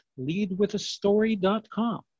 leadwithastory.com